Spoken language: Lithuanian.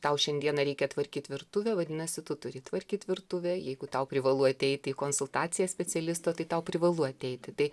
tau šiandieną reikia tvarkyt virtuvę vadinasi tu turi tvarkyt virtuvę jeigu tau privalu ateiti į konsultacijas specialisto tai tau privalu ateiti tai